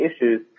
issues